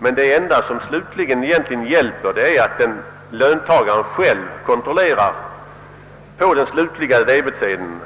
Men det enda som slutligen hjälper är att löntagaren själv kontrollerar på den slutliga debetsedeln,